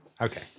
Okay